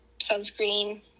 sunscreen